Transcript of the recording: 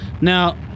Now